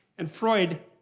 and freud